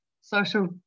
social